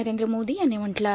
नरेंद्र मोदी यांनी म्हटलं आहे